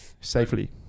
safely